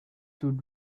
would